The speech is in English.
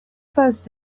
first